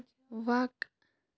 وَق